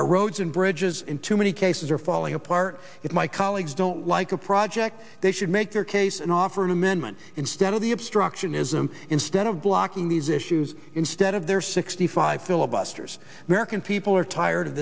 our roads and bridges in too many cases are falling apart if my colleagues don't like a project they should make their case and offer an amendment instead of the obstructionism instead of blocking these issues instead of their sixty five filibusters american people are tired of